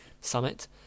summit